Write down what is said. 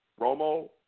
Romo